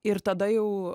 ir tada jau